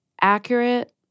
accurate